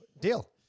Deal